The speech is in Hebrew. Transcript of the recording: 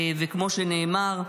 וכמו שנאמר,